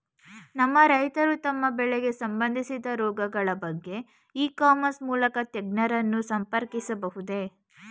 ನಮ್ಮ ರೈತರು ತಮ್ಮ ಬೆಳೆಗೆ ಸಂಬಂದಿಸಿದ ರೋಗಗಳ ಬಗೆಗೆ ಇ ಕಾಮರ್ಸ್ ಮೂಲಕ ತಜ್ಞರನ್ನು ಸಂಪರ್ಕಿಸಬಹುದೇ?